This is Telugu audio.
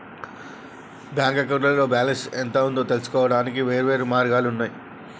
బ్యాంక్ అకౌంట్లో బ్యాలెన్స్ ఎంత ఉందో తెలుసుకోవడానికి వేర్వేరు మార్గాలు ఉన్నయి